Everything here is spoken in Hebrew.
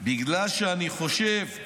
בגלל שאני חושב,